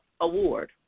award